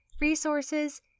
resources